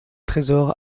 trésor